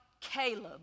Caleb